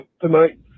tonight